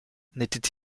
n’était